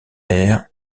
air